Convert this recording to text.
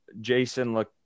Jason